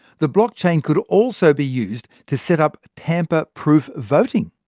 the blockchain could also be used to set up tamper-proof voting.